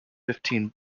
fifteen